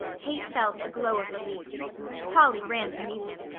kate felt a glow of relief polly ran to meet him.